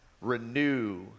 renew